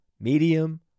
medium